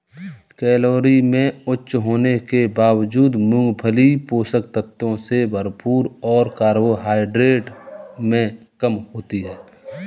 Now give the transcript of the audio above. calorie में उच्च होने के बावजूद, मूंगफली पोषक तत्वों से भरपूर और कार्बोहाइड्रेट में कम होती है